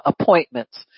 appointments